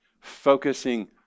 focusing